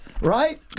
Right